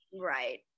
Right